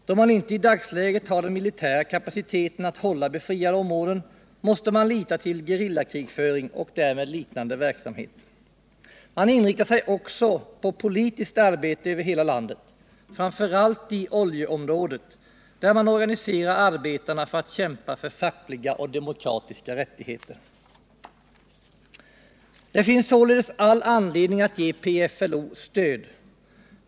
Då man inte i dagsläget har den militära kapaciteter att hålla befriade områden, måste man lita till gerillakrigföring och liknande verksamhet. Man inriktar sig också på politiskt arbete över hela landet, framför allt i oljeområdet, där man organiserar 29 Det finns således all anledning att ge PFLO stöd.